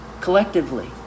collectively